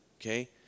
okay